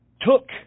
took